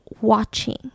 watching